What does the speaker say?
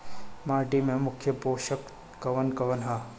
माटी में मुख्य पोषक कवन कवन ह?